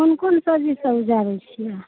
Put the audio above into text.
कोन कोन सब्जीसब उपजाबै छिए